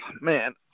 Man